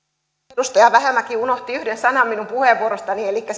arvoisa puhemies luulen että edustaja vähämäki unohti yhden asian minun puheenvuorostani elikkä